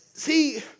See